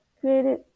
created